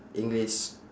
english